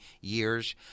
years